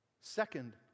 Second